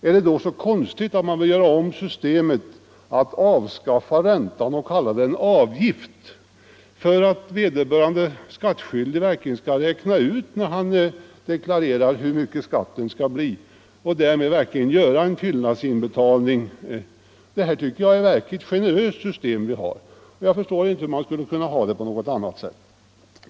Är det då så konstigt, om man vill ytterligare förbättra det nuvarande systemet, att man avskaffar räntan och kallar den för avgift, så att vederbörande skattskyldig när han deklarerar skall förmås räkna ut hur stor skatten kommer att bli och göra eventuellt erforderlig fyllnadsinbetalning? Jag tycker det är ett verkligt generöst skattesystem som vi har! Jag förstår inte hur vi skulle kunna ha det på något annat och bättre sätt.